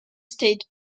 state